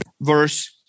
verse